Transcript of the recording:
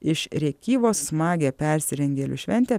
iš rėkyvos smagią persirengėlių šventę